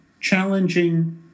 challenging